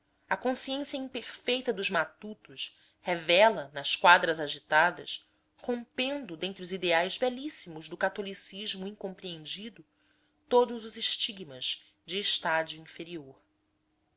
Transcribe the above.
a consciência imperfeita dos matutos revela nas quadras agitadas rompendo dentre os ideais belíssimos do catolicismo incompreendido todos os estigmas de estádio inferior